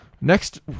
Next